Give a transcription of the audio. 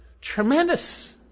Tremendous